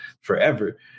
forever